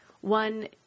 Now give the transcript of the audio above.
one